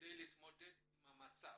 כדי להתמודד עם המצב.